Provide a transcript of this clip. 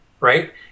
right